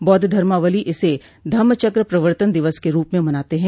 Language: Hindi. बौद्ध धर्मावलम्बी इसे धम्म चक्र प्रवर्तन दिवस के रूप में मनाते हैं